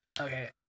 Okay